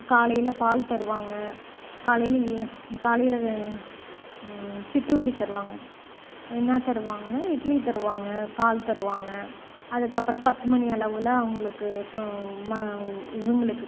காலையில் பால் தருவாங்க காலையில் இய காலையில் ரெ சிற்றுண்டி தருவாங்க என்ன தருவாங்கன்னால் இட்லி தருவாங்க பால் தருவாங்க அதுக்கப்புறம் பத்து மணி அளவில் அவங்களுக்கு சோ ம இவங்களுக்கு